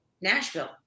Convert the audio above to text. nashville